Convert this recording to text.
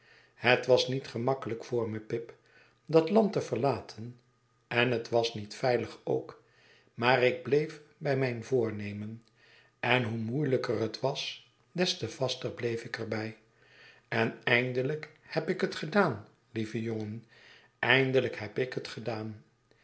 het was niet gemakkelijk voor me pip dat land te verlaten en het was niet veilig ook maar ik bleef bij mijn voprnemen en hoe moeielijker het was des te vaster bleef ik er bij en eindelijk heb ik het gedaan lieve jongen eindelijk heb ik het gedaan